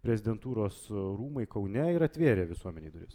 prezidentūros rūmai kaune ir atvėrė visuomenei duris